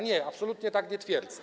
Nie, absolutnie tak nie twierdzę.